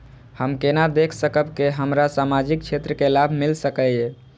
हम केना देख सकब के हमरा सामाजिक क्षेत्र के लाभ मिल सकैये?